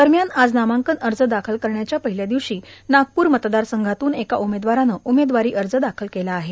दरम्यान आज नामांकन अर्ज दाखल करण्यातच्या पहिल्या दिवशी नागपूर मतदार संघातून एका उमेदवाराने उमेदवारी अर्ज दाखल केलं आहे